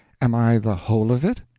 am i the whole of it?